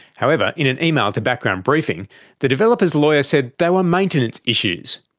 however, in an email to background briefing the developer's lawyer said they were maintenance issues.